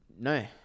No